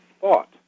thought